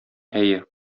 әйе